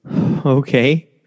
okay